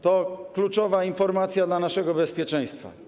To kluczowa informacja dla naszego bezpieczeństwa.